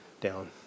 down